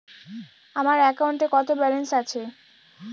আমার অ্যাকাউন্টে কত ব্যালেন্স আছে?